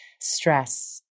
stress